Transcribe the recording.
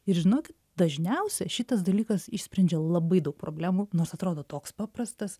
ir žinokit dažniausia šitas dalykas išsprendžia labai daug problemų nors atrodo toks paprastas